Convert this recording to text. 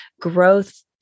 growth